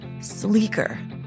sleeker